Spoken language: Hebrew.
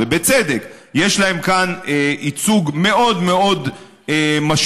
יש להם כאן ייצוג מאוד מאוד משמעותי,